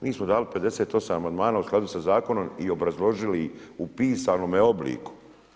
Mi smo dali 58 amandmana u skladu sa zakonom i obrazložili ih u pisanome obliku.